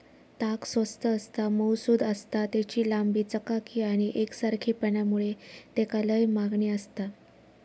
ताग स्वस्त आसता, मऊसुद आसता, तेची लांबी, चकाकी आणि एकसारखेपणा मुळे तेका लय मागणी आसता